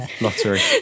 Lottery